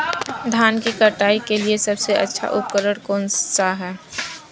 धान की कटाई के लिए सबसे अच्छा उपकरण कौन सा है?